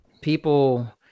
people